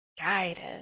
guided